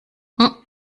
wir